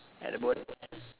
at the bon~